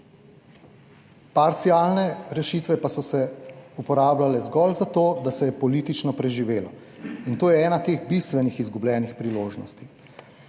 Parcialne rešitve pa so se uporabljale zgolj za to, da se je politično preživelo in to je ena teh bistvenih izgubljenih priložnosti.